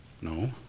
No